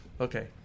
Okay